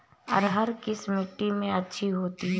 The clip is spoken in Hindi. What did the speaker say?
अरहर किस मिट्टी में अच्छी होती है?